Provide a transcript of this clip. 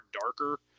darker